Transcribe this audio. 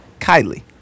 Kylie